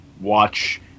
watch